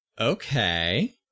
Okay